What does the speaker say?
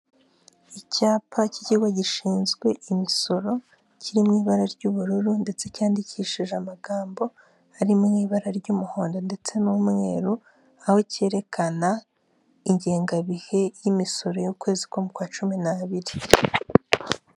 Icyapa k'ikigo gishinzwe imisoro kiri mu ibara ry'ubururu ndetse cyandikishije amagambo ari mu ibara ry'umuhondo ndetse n'umweru, aho kerekana ingengabihe y'imisoro y'ukwezi ko mukwa kwa cumi n'abiri.